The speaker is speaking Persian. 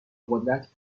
قدرت